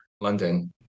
London